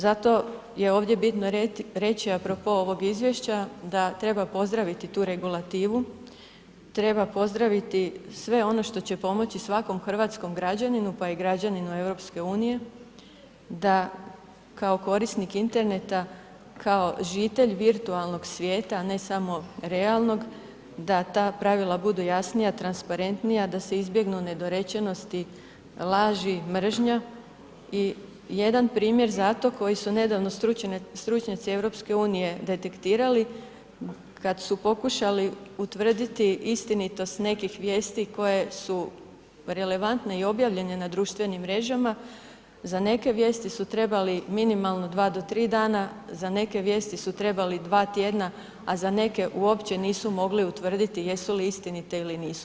Zato je ovdje bitno reći, a propos ovog izvješća da treba pozdraviti tu regulativu, treba pozdraviti sve ono što će pomoći svakom hrvatskom građaninu, pa i građaninu EU, da kao korisnik interneta, kao žitelj virtualnog svijeta, ne samo realnog, da ta pravila budu jasnija, transparentnija, da se izbjegnu nedorečenosti, laži, mržnja i jedan primjer za to koji su nedavno stručnjaci EU detektirali, kad su pokušali utvrditi istinitost nekih vijesti koje su relevantne i objavljene na društvenim mrežama, za neke vijesti su trebali minimalno 2 do 3 dana, za neke vijesti su trebali 2 tjedna, a za neke uopće nisu mogli utvrditi jesu li istinite ili nisu.